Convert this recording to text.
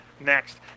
next